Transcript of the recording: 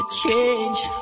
change